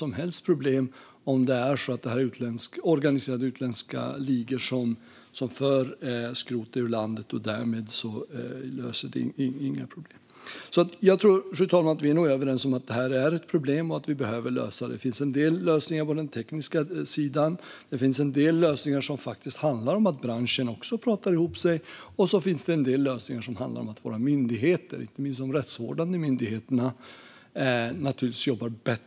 Om det är organiserade utländska ligor som för skrotet ur landet löser ett kontantförbud inga problem. Fru talman! Vi är nog överens om att detta är ett problem och att vi behöver lösa det. Det finns en del lösningar på den tekniska sidan. Det finns en del lösningar som faktiskt handlar om att branschen också pratar ihop sig, och så finns det en del lösningar som handlar om att våra myndigheter, inte minst de rättsvårdande myndigheterna, jobbar bättre tillsammans.